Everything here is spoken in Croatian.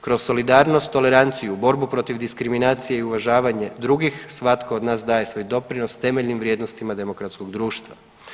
Kroz solidarnost, toleranciju, borbu protiv diskriminacije i uvažavanje drugih, svatko od nas daje svoj doprinos temeljnim vrijednostima demokratskog društva.